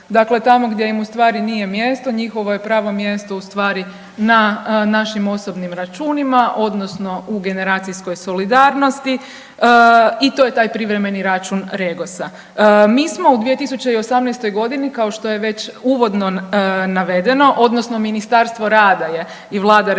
dakle tamo gdje im ustvari nije mjesto, njihovo je pravo mjesto ustvari na našim osobnim računima odnosno u generacijskoj solidarnosti i to je taj privremeni račun REGOS-a. Mi smo u 2018. g. kao što je već uvodno navedeno, odnosno Ministarstvo rada je i Vlada RH,